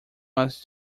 was